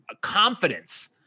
confidence